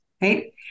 right